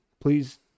please